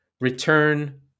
return